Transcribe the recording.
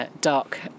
dark